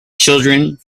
children